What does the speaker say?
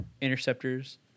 interceptors